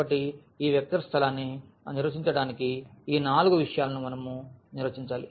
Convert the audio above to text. కాబట్టి ఈ వెక్టర్ స్థలాన్ని నిర్వచించడానికి ఈ నాలుగు విషయాలను మనం నిర్వచించాలి